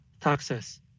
taxes